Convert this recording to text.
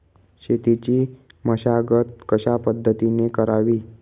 शेतीची मशागत कशापद्धतीने करावी?